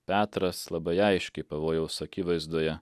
petras labai aiškiai pavojaus akivaizdoje